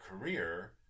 career